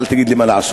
אל תגיד לי מה לעשות.